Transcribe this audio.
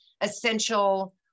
essential